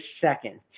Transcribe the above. second